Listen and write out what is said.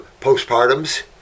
postpartums